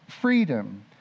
freedom